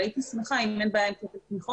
אבל הייתי שמחה אם אין בעיה עם כפל תמיכות,